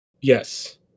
Yes